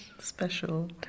Special